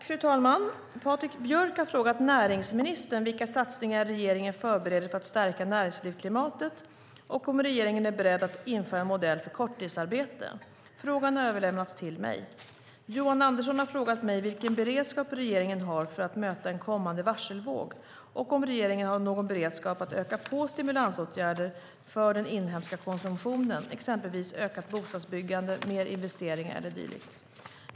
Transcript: Fru talman! Patrik Björck har frågat näringsministern vilka satsningar regeringen förbereder för att stärka näringslivsklimatet och om regeringen är beredd att införa en modell för korttidsarbete. Frågan har överlämnats till mig. Johan Andersson har frågat mig vilken beredskap regeringen har för att möta en kommande varselvåg och om regeringen har någon beredskap att öka på stimulansåtgärder för den inhemska konsumtionen, exempelvis ökat bostadsbyggande, mer investeringar och dylikt.